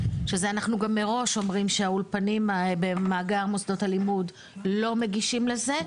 שזה אנחנו גם מראש אומרים שהאולפנים במאגר מוסדות הלימוד לא מגישים לזה,